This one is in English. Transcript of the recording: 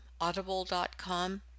audible.com